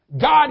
God